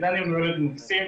כי דניאל הוא ילד מקסים,